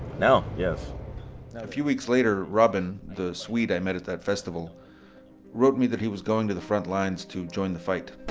now? yes. a few weeks later, robin, the swede i met at that festival wrote me that he was going to the front lines to join the fight